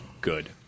good